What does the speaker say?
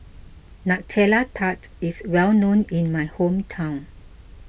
Nutella Tart is well known in my hometown